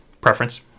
Preference